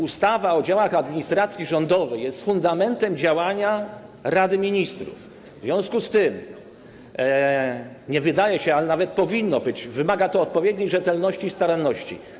Ustawa o działach administracji rządowej jest fundamentem działania Rady Ministrów, w związku z tym nie tyle wydaje się, ile powinno tak być, że wymaga ona odpowiedniej rzetelności i staranności.